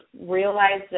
realize